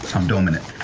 i'm doming it.